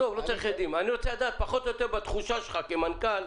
אני רוצה לדעת בתחושה שלך כמנכ"ל,